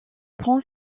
prend